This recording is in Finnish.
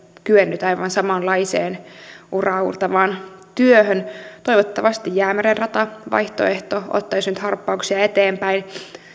kyennyt aivan samanlaiseen uraauurtavaan työhön toivottavasti jäämeren rata vaihtoehto ottaisi nyt harppauksia eteenpäin